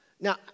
Now